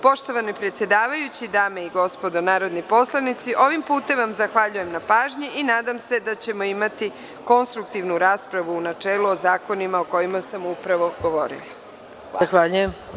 Poštovani predsedavajući, dame i gospodo narodni poslanici, ovim putem vam zahvaljujem na pažnji i nadam se da ćemo imati konstruktivnu raspravu u načelu o zakonima o kojima sam upravo govorila.